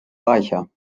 reicher